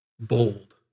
bold